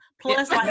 Plus